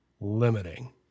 limiting